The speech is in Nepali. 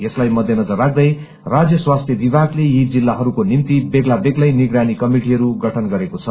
यसलाई मध्यनजर राख्दै राज्य स्वास्थ्य विभागले यी जिल्लाहरूको निम्ति बेग्ला बेग्लै निगरानी कमिटीहरू गठन गरेको छ